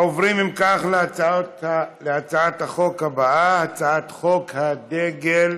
עוברים להצעת החוק הבאה: הצעת חוק הדגל,